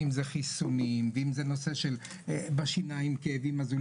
אם זה חיסונים ואם זה נושא של כאבי שיניים אז הוא